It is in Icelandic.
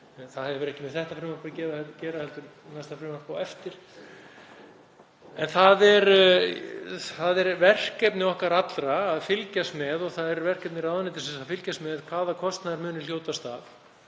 það hefur ekkert með þetta frumvarp að gera heldur næsta frumvarp á eftir. Það er verkefni okkar allra að fylgjast með og það er verkefni ráðuneytisins að fylgjast með hvaða kostnaður muni hljótast af